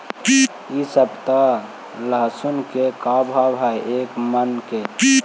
इ सप्ताह लहसुन के का भाव है एक मन के?